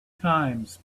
times